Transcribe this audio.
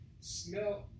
smell